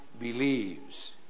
believes